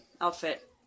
outfit